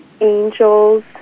Angels